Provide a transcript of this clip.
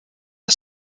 der